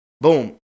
Boom